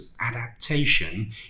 adaptation